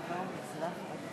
חברת הכנסת מירי